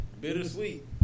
Bittersweet